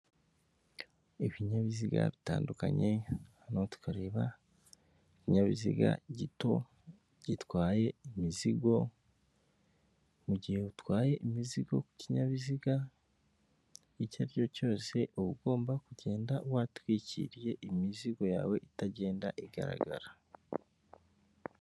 Ibinyabiziga bitandukanye, hano tukareba ikinyabiziga gito gitwaye imizigo, mu gihe utwaye imizigo ku kinyabiziga icyo ari cyo cyose uba ugomba kugenda watwikiriye imizigo yawe itagenda igaragara.